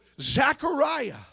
Zechariah